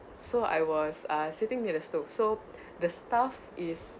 so I was uh sitting near the stove so the staff is